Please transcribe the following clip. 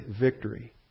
victory